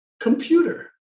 computer